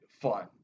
fun